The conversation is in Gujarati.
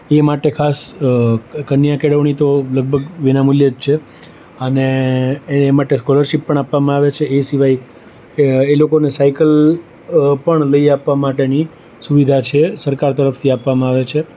એ માટે ખાસ કન્યા કેળવણી તો લગભગ વિના મૂલ્યે જ છે અને એ માટે સ્કોલરશીપ પણ આપવામાં આવે છે એ સિવાય એ એ લોકોને સાઈકલ પણ લઈ આપવા માટેની સુવિધા છે સરકાર તરફથી આપવામાં આવે છે